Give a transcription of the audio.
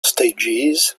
stages